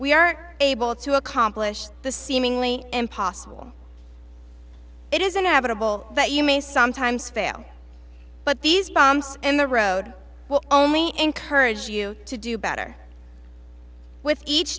we are able to accomplish the seemingly impossible it is inevitable that you may sometimes fail but these bombs and the road will only encourage you to do better with each